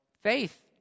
faith